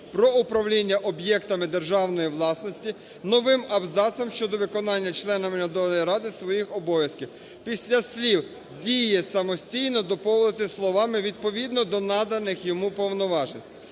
"Про управління об'єктами державної власності" новим абзацом щодо виконання членами наглядової ради своїх обов'язків, після слів "діє самостійно" доповнити словами "відповідно до наданих йому повноважень".